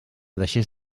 deixés